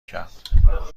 کرد